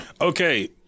Okay